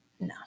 no